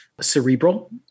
cerebral